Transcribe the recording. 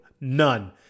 None